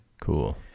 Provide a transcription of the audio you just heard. Cool